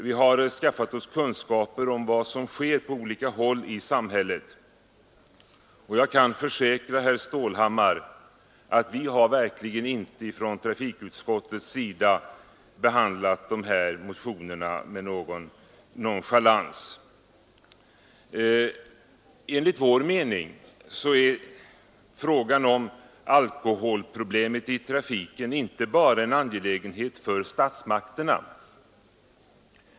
Vi har skaffat oss kunskaper om vad som sker på olika håll i samhället, och jag kan försäkra herr Stålhammar att trafikutskottet verkligen inte behandlat motionerna med någon nonchalans. Vi anser att frågan om alkoholproblemet i trafiken inte bara är en angelägenhet för statsmakterna.